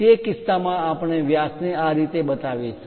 તે કિસ્સામાં આપણે વ્યાસ ને આ રીતે બતાવીશું